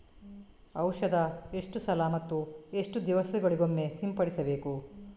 ಔಷಧ ಎಷ್ಟು ಸಲ ಮತ್ತು ಎಷ್ಟು ದಿವಸಗಳಿಗೊಮ್ಮೆ ಸಿಂಪಡಿಸಬೇಕು?